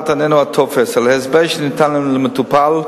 לבסוף, ההצעה מבקשת שמפעילי